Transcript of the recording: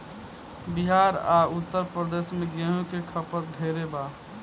बिहार आ उत्तर प्रदेश मे गेंहू के खपत ढेरे बा